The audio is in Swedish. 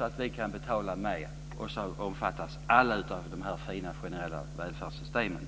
att vi kan betala mer, så att alla omfattas av dessa fina generella välfärdssystem.